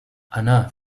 anna